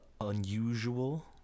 unusual